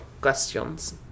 questions